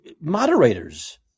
moderators